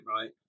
right